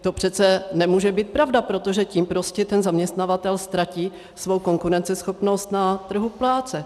To přece nemůže být pravda, protože tím prostě ten zaměstnavatel ztratí svou konkurenceschopnost na trhu práce.